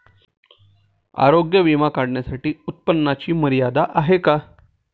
आरोग्य विमा काढण्यासाठी उत्पन्नाची मर्यादा आहे का?